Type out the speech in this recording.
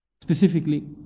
Specifically